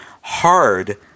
hard